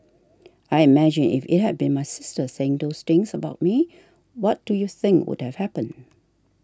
I imagine if it had been my sister saying those things about me what do you think would have happened